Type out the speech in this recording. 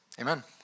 Amen